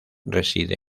reside